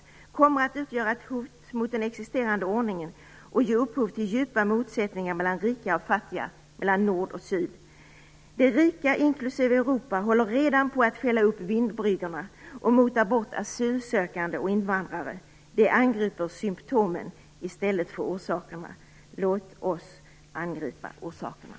kommer att utgöra ett hot mot den existerande ordningen och ge upphov till djupa motsättningar bland rika och fattiga, mellan nord och syd. De rika inklusive Europa håller redan på att fälla upp vindbryggorna och mota bort asylsökande och invandrare. De angriper symtomen i stället för orsakerna. Låt oss angripa orsakerna.